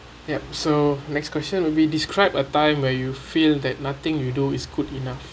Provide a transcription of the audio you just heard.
yep so next question will be describe a time where you feel that nothing you do is good enough